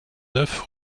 neuf